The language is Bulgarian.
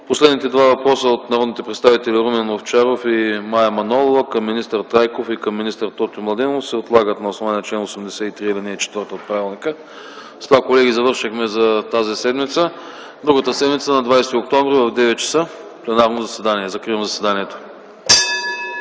Последните два въпроса от народните представители Румен Овчаров и Мая Манолова към министър Трайков и към министър Тотю Младенов се отлагат на основание чл. 83, ал. 4 от правилника. С това, колеги, завършихме за тази седмица. Другата седмица на 20 октомври 2010 г., в 9,00 ч. – пленарно заседание. Закривам заседанието.